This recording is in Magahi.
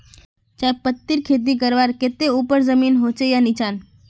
चाय पत्तीर खेती करवार केते ऊपर जमीन होचे या निचान?